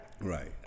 Right